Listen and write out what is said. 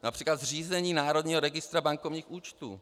Například zřízení Národního registru bankovních účtů.